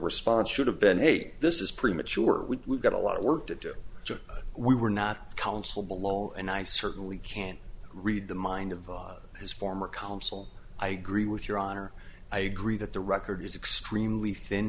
response should have been hey this is premature we got a lot of work to do so we were not counsel below and i certainly can't read the mind of his former counsel i agree with your honor i agree that the record is extremely thin